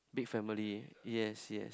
big family yes yes